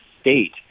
state